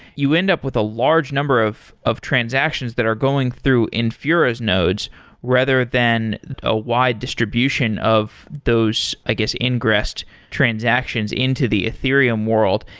you end up with a large number of of transactions that are going through infura's nodes rather than a wide distribution of those, i guess, ingressed transactions into the ethereum world.